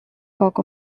cock